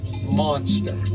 monster